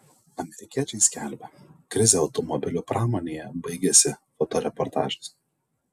amerikiečiai skelbia krizė automobilių pramonėje baigėsi fotoreportažas